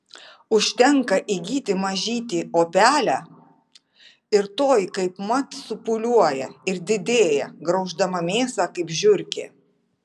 užtenka įgyti mažytį opelę ir toji kaipmat supūliuoja ir didėja grauždama mėsą kaip žiurkė